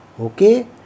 Okay